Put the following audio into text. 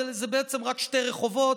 זה בעצם רק שני רחובות,